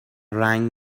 رنگ